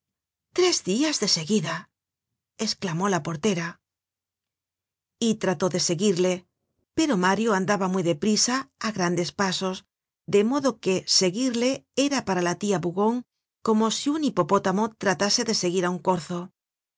tres dias de seguida esclamó la portera y trató de seguirle pero mario andaba muy de prisa á grandes pa i sos de modo que seguirle era para la tia bougon como si un hipopótamo tratase de seguir á un corzo